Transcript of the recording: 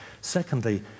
Secondly